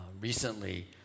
Recently